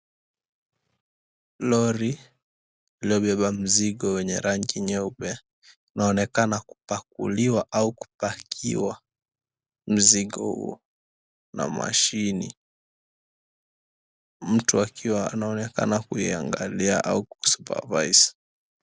Lori lililobeba mizigo wenye rangi nyeupe unaonekana kupakuliwa au kupakiwa mzigo huo na mashine mtu akionekana kuingilia au kusupervise .